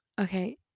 okay